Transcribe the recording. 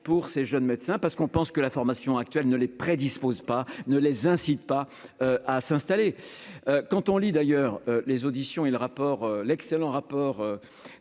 pour ces jeunes médecins parce qu'on pense que la formation actuelle ne les prédispose pas ne les incite pas à s'installer quand on lit d'ailleurs les auditions il rapport l'excellent rapport